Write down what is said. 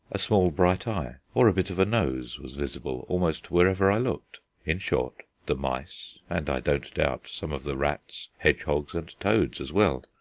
a small bright eye or a bit of a nose was visible almost wherever i looked in short, the mice, and, i don't doubt, some of the rats, hedgehogs, and toads as well,